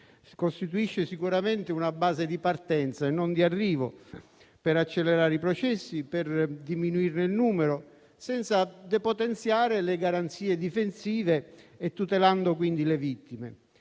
costituisce sicuramente una base di partenza e non di arrivo per accelerare i processi e diminuirne il numero, senza depotenziare le garanzie difensive e tutelando quindi le vittime.